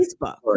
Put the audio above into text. Facebook